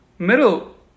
middle